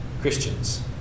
Christians